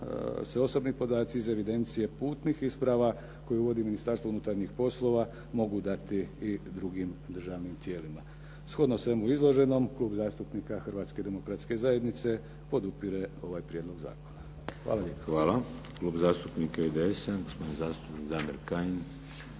se osobni podaci iz evidencije putnih isprava, koje vodi Ministarstvo unutarnjih poslova, mogu dati i drugim državnim tijelima. Shodno svemu izloženom, Klub zastupnika Hrvatske demokratske zajednice podupire ovaj prijedlog zakona. Hvala lijepo. **Šeks, Vladimir (HDZ)** Hvala. Klub zastupnika IDS-a, gospodin zastupnik Damir Kajin.